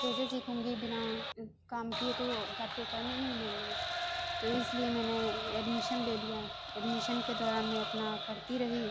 کیسے سیکھوں گی بنا کام کیے تو گھر پہ کرنے نہیں دیں گے تو اس لیے میں نے ایڈمیشن لے لیا ایڈمیشن کے دوران میں اپنا کرتی رہی